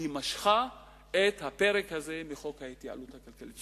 היא משכה את הפרק הזה מחוק ההתייעלות הכלכלית.